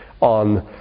on